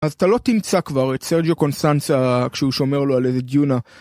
אז אתה לא תמצא כבר את סרג'יו קונסנצה כשהוא שומע לו על איזה דיונה.